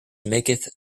maketh